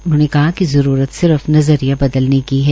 उन्होंने कहा कि जरूरत सिर्फ नजरिया बदलने की है